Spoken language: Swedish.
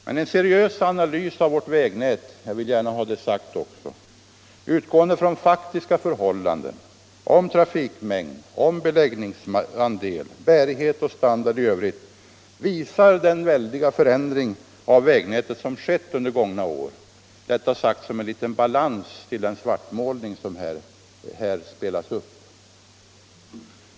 Men en seriös analys av vårt vägnät — jag vill gärna ha sagt det — utgående från faktiska förhållanden om trafikmängd, beläggningsandel, bärighet och standard i övrigt visar den väldiga förändring av vägnätet som skett under gångna år — detta sagt som en liten balans mot den svartmålning som här gjorts.